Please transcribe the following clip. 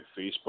Facebook